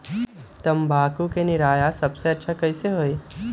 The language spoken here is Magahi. तम्बाकू के निरैया सबसे अच्छा कई से होई?